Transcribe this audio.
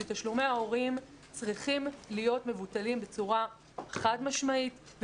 שתשלומי ההורים צריכים להיות מבוטלים בצורה חד משמעית,